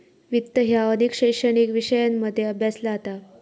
वित्त ह्या अनेक शैक्षणिक विषयांमध्ये अभ्यासला जाता